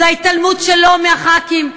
זו ההתעלמות שלו מחברי הכנסת.